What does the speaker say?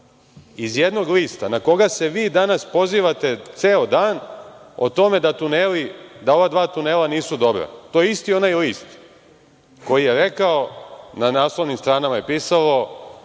iz jednog lista na koga se vi danas pozivate ceo dan o tome da tuneli, da ova dva tunela nisu dobra. To je isti onaj list koji je rekao, na naslovnim stranama je pisalo